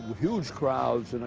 huge crowds, and i